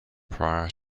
prior